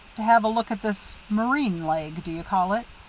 to have a look at this marine leg, do you call it?